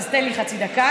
אז תן לי חצי דקה.